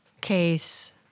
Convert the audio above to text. case